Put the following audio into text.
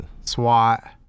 SWAT